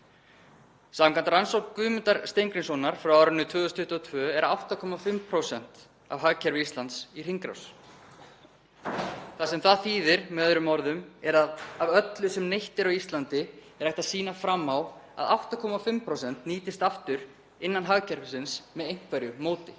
Samkvæmt rannsókn Guðmundar Steingrímssonar frá árinu 2022 eru 8,5% af hagkerfi Íslands í hringrás. Það þýðir með öðrum orðum að af öllu sem neytt er á Íslandi er hægt að sýna fram á að 8,5% nýtist aftur innan hagkerfisins með einhverju móti.